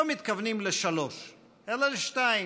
לא מתכוונים לשלוש אלא לשתיים,